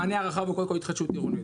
המענה הרחב הוא, קודם כל, התחדשות עירונית.